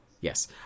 Yes